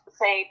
say